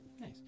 Nice